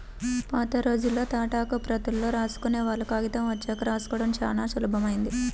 పాతరోజుల్లో తాటాకు ప్రతుల్లో రాసుకునేవాళ్ళు, కాగితం వచ్చాక రాసుకోడం చానా సులభమైంది